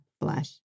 flesh